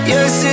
Yes